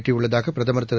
எட்டியுள்ளதாக பிரதமர் திரு